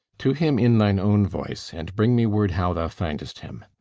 to him in thine own voice, and bring me word how thou find'st him